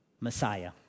Messiah